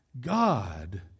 God